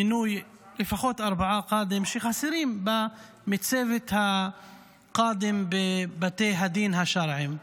מינוי לפחות ארבעה קאדים שחסרים בצוות הקאדים בבתי הדין השרעיים.